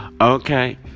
okay